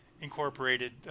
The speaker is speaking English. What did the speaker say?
incorporated